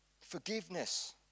forgiveness